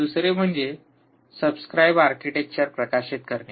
दुसरे म्हणजे subscribe architecture प्रकाशित करणे